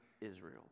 Israel